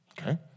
Okay